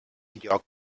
lloc